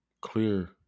clear